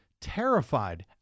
terrified